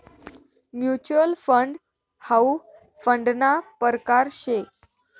mutual fund हाउ फंडना परकार शे